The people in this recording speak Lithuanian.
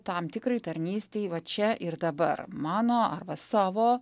tam tikrai tarnystei va čia ir dabar mano arba savo